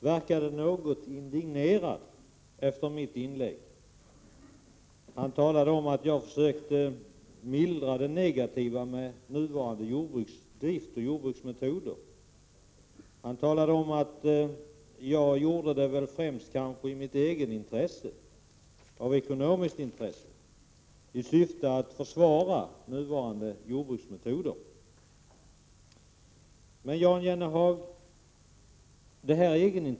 Herr talman! Jan Jennehag verkade något indignerad efter mitt inlägg. Han sade att jag försökte mildra det negativa med nuvarande jordbruksmetoder. Han sade att jag kanske främst gjorde det av eget intresse, av ekonomiskt intresse, i syfte att försvara nuvarande jordbruksmetoder.